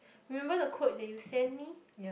remember the quote that you send me